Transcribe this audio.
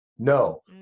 No